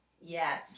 Yes